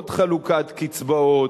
עוד חלוקת קצבאות,